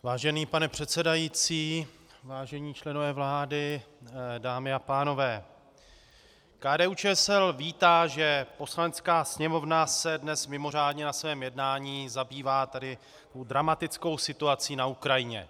Vážený pane předsedající, vážení členové vlády, dámy a pánové, KDUČSL vítá, že Poslanecká sněmovna se dnes mimořádně na svém jednání zabývá tou dramatickou situací na Ukrajině.